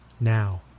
now